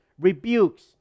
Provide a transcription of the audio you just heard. rebukes